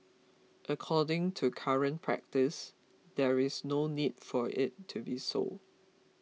according to current practice there is no need for it to be so